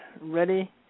ready